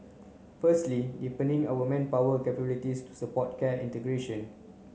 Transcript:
firstly deepening our manpower capabilities to support care integration